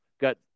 got